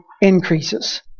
increases